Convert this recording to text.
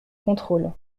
contrôle